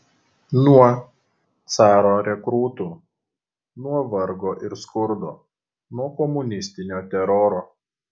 nuo caro rekrūtų nuo vargo ir skurdo nuo komunistinio teroro